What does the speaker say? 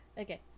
Okay